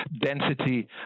density